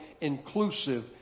inclusive